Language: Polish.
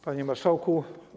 Panie Marszałku!